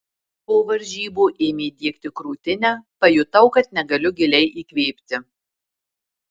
po varžybų ėmė diegti krūtinę pajutau kad negaliu giliai įkvėpti